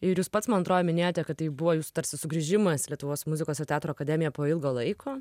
ir jūs pats man atro minėjote kad tai buvo jūsų tarsi sugrįžimas į lietuvos muzikos ir teatro akademiją po ilgo laiko